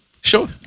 Sure